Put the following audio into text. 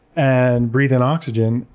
and breathe in oxygen.